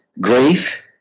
grief